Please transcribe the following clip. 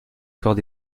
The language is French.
corps